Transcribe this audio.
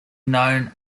known